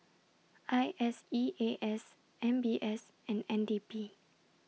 I S E A S M B S and N D P